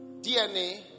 DNA